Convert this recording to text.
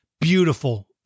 Beautiful